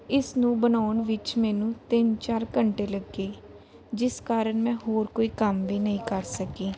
ਇਸ ਨੂੰ ਬਣਾਉਣ ਵਿੱਚ ਮੈਨੂੰ ਤਿੰਨ ਚਾਰ ਘੰਟੇ ਲੱਗੇ ਜਿਸ ਕਾਰਨ ਮੈਂ ਹੋਰ ਕੋਈ ਕੰਮ ਵੀ ਨਹੀਂ ਕਰ ਸਕੀ